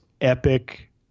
epic